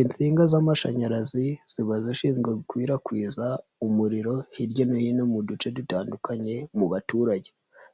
Insinga z'amashanyarazi ziba zishinzwe gukwirakwiza umuriro hirya no hino mu duce dutandukanye mu baturage